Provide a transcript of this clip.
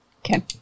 Okay